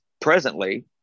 presently